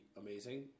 amazing